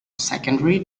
secondary